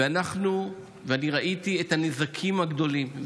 ואני ראיתי את הנזקים הגדולים,